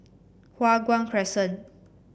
Hua Guan Crescent